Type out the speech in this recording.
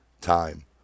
time